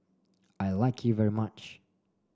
I like you very much